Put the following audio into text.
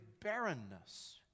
barrenness